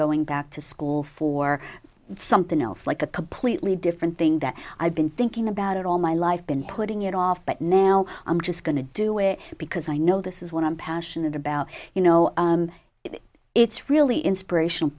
going back to school for something else like a completely different thing that i've been thinking about it all my life been putting it off but now i'm just going to do it because i know this is what i'm passionate about you know it's really inspirational